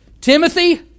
Timothy